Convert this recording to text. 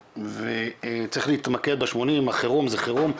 וצריך להתמקד ב-80 החירום זה חירום.